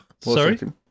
Sorry